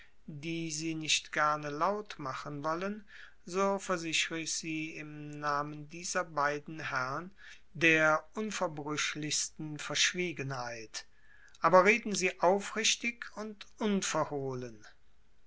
die sie nicht gerne laut machen wollen so versichre ich sie im namen dieser beiden herrn der unverbrüchlichsten verschwiegenheit aber reden sie aufrichtig und unverhohlen